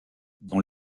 dans